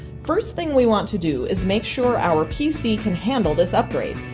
first thing we want to do is make sure our pc can handle this upgrade.